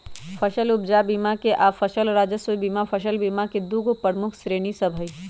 फसल उपजा बीमा आऽ फसल राजस्व बीमा फसल बीमा के दूगो प्रमुख श्रेणि सभ हइ